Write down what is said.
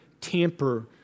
tamper